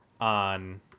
on